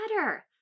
better